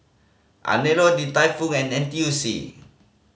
Anello Din Tai Fung and N T U C